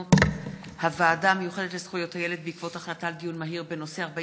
מסקנות הוועדה המיוחדת לזכויות הילד בעקבות דיון מהיר בהצעתם של חברי